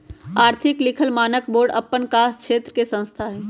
आर्थिक लिखल मानक बोर्ड अप्पन कास क्षेत्र के संस्था हइ